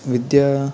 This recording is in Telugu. విద్యా